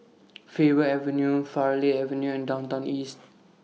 Faber Avenue Farleigh Avenue and Downtown East